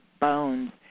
bones